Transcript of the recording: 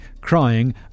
crying